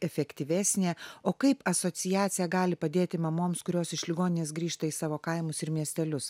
efektyvesnė o kaip asociacija gali padėti mamoms kurios iš ligoninės grįžta į savo kaimus ir miestelius